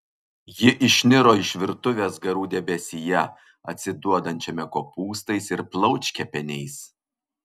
ji išniro iš virtuvės garų debesyje atsiduodančiame kopūstais ir plaučkepeniais